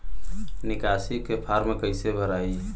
निकासी के फार्म कईसे भराई?